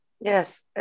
Yes